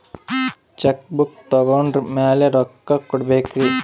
Check book ತೊಗೊಂಡ್ರ ಮ್ಯಾಲೆ ರೊಕ್ಕ ಕೊಡಬೇಕರಿ?